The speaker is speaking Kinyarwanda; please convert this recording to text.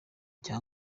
cya